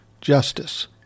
justice